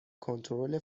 کنترل